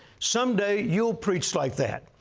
someday, you'll preach like that.